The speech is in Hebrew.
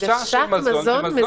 הגשה של מזון, שמזון כולל גם שתייה.